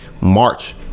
March